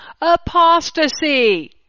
Apostasy